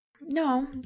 No